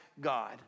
God